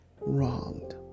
wronged